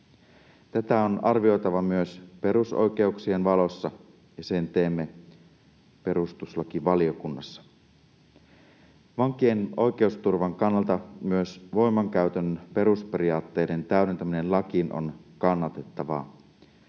Tätä on arvioitava myös perusoikeuksien valossa, ja sen teemme perustuslakivaliokunnassa. Vankien oikeusturvan kannalta myös voimankäytön perusperiaatteiden täydentäminen lakiin on kannatettavaa.